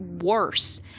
worse